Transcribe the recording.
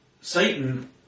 Satan